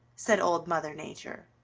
said old mother nature.